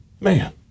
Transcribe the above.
Man